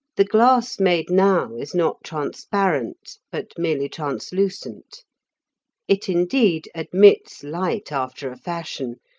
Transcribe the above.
the glass made now is not transparent, but merely translucent it indeed admits light after a fashion,